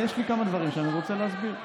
יש לי כמה דברים שאני רוצה להסביר.